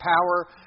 power